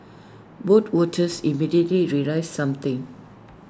but voters immediately realised something